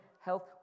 health